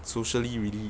socially really